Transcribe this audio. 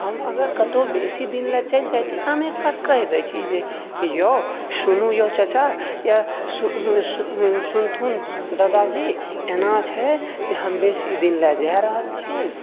हम अगर कतहुँ बेसी दिन लऽ चलि जाइत छी तऽ हम एकबार कहि दए छी यौ सुनु यौ चाचा सुन सुन सुनथुन ददाजी एनाछै जे हम बेसी दिन लए जा रहल छिएन्ह